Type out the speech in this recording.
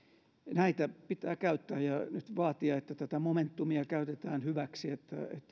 näitä pitää käyttää ja nyt vaatia että tätä momentumia käytetään hyväksi että tämä